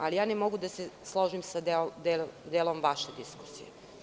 Ali, ja ne mogu da se složim sa delom vaše diskusije.